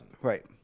Right